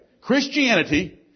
Christianity